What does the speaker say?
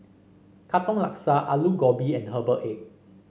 Katong Laksa Aloo Gobi and Herbal Egg